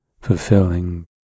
fulfilling